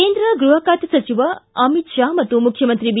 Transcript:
ಕೇಂದ್ರ ಗೃಹ ಖಾತೆ ಸಚಿವ ಅಮಿತ್ ಶಾ ಮತ್ತು ಮುಖ್ಯಮಂತ್ರಿ ಬಿ